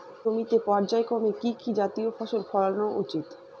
একই জমিতে পর্যায়ক্রমে কি কি জাতীয় ফসল ফলানো উচিৎ?